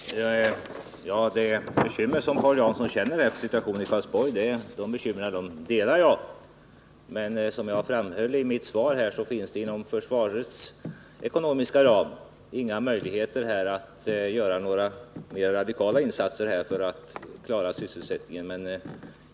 Herr talman! De bekymmer som Paul Jansson hyser för situationen i Karlsborg delar jag, men som jag framhöll i mitt svar finns det inom försvarets ekonomiska ram inga möjligheter att göra några mer radikala insatser för att klara sysselsättningen.